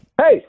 hey